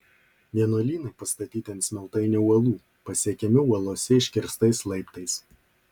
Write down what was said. vienuolynai pastatyti ant smiltainio uolų pasiekiami uolose iškirstais laiptais